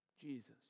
Jesus